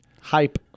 hype